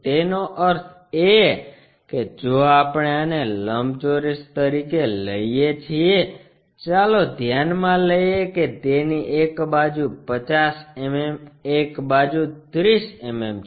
તેનો અર્થ એ કે જો આપણે આને લંબચોરસ તરીકે લઈએ છીએ ચાલો ધ્યાનમાં લઈએ કે તેની એક બાજુ 50 mm એક બાજુ 30 mm છે